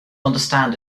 understand